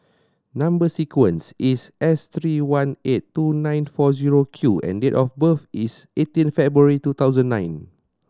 number sequence is S three one eight two nine four zero Q and date of birth is eighteen February two thousand nine